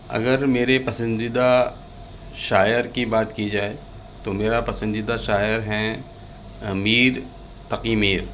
اگر میرے پسندیدہ شاعر کی بات کی جائے تو میرا پسندیدہ شاعر ہیں میر تقی میر